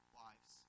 wives